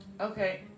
Okay